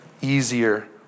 easier